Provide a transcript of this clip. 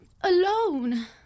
alone